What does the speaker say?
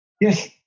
yes